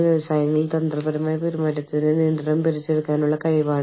ഈ വ്യക്തി ഓഫീസിൽ ചെലവഴിക്കുന്ന ദിവസങ്ങളുടെ എണ്ണം കണക്കാക്കേണ്ടതുണ്ട്